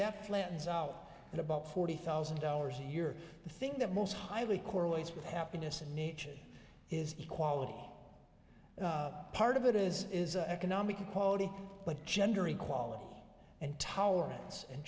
that flattens out at about forty thousand dollars a year the thing that most highly correlates with happiness in nature is the quality part of it is economic equality but gender equality and tolerance and